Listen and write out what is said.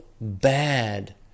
bad